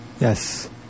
Yes